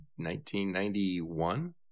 1991